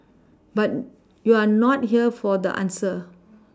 but you're not here for the answer